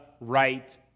right